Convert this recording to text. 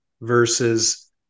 versus